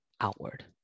outward